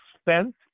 spent